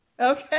Okay